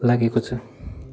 लागेको छ